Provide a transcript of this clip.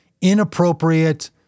inappropriate